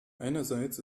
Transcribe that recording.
einerseits